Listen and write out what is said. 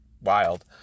wild